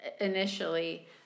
initially